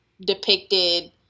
depicted